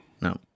no